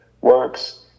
works